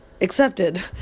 accepted